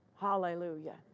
Hallelujah